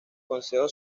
consejo